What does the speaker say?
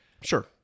Sure